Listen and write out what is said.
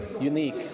unique